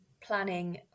planning